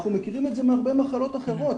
אנחנו מכירים את זה מהרבה מחלות אחרות.